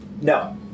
no